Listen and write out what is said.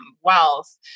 wealth